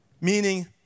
Meaning